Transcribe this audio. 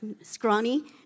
scrawny